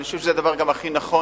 אני חושב שזה גם הדבר הכי נכון